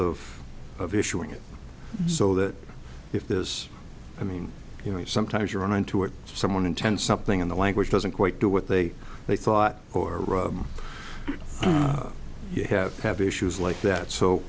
of of issuing it so that if there's i mean you know sometimes you run into it someone intent something in the language doesn't quite do what they they thought or you have to have issues like that so